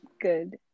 good